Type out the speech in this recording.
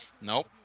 Nope